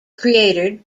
created